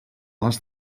les